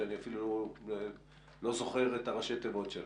שאני אפילו לא זוכר את ראשי התיבות שלה.